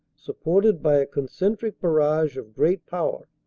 supported by a concentric barrage of great power.